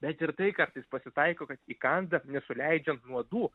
bet ir tai kartais pasitaiko kad įkanda nesuleidžiant nuodų